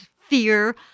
fear